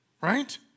Right